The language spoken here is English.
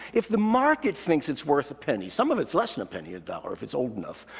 if the market thinks it's worth a penny some of it's less than a penny a dollar if it's old enough.